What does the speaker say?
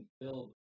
build